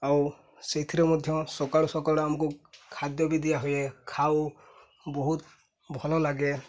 ଆଉ ସେଇଥିରେ ମଧ୍ୟ ସକାଳୁ ସକାଳୁ ଆମକୁ ଖାଦ୍ୟ ବି ଦିଆ ହୁଏ ଖାଉ ବହୁତ ଭଲ ଲାଗେ